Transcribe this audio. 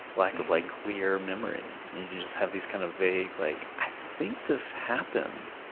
lack of like clear memory. you just have these kind of vague, like, i think this happened,